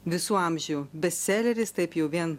visų amžių bestseleris taip jau vien